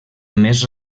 més